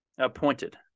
Appointed